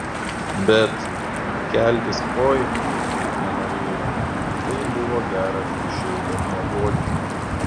bet keltis oi kaip nenorėjau taip buvo gera ir šilta miegoti